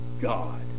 God